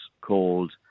called